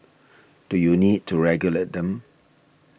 do you need to regulate them